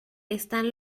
están